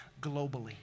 globally